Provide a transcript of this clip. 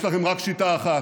יש לכם רק שיטה אחת: